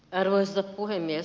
arvoisa puhemies